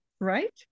Right